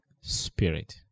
spirit